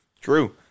True